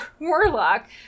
warlock